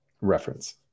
reference